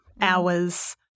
hours